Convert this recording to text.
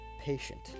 patient